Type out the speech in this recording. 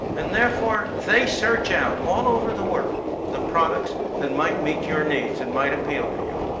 and therefore, they search out all over the world the products that might meet your needs, and might appeal to you.